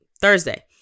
Thursday